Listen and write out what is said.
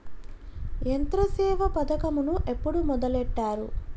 యంత్రసేవ పథకమును ఎప్పుడు మొదలెట్టారు?